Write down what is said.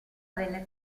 venne